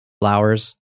flowers